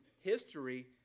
history